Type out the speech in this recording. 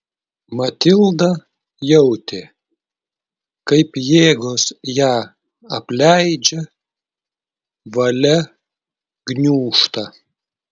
matilda jautė kaip jėgos ją apleidžia valia gniūžta